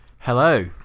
Hello